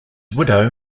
widow